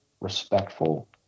respectful